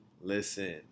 listen